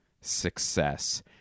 success